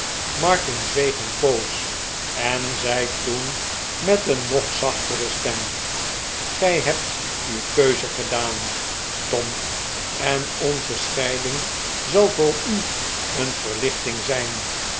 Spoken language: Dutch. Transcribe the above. zweeg een poos en zei toen met een nog zachtere stem gij hebt uw keuze gedaan tom en onze scheiding zal voor u een verlichting zijn